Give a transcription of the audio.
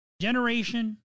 Generation